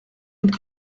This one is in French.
mille